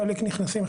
חלק נכנסים,